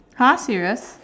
!huh! serious